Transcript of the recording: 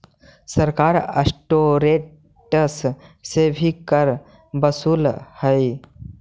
सरकार रेस्टोरेंट्स से भी कर वसूलऽ हई